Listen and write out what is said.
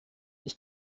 ich